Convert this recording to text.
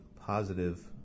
positive